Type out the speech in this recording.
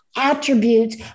attributes